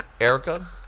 Erica